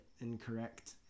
incorrect